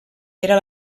era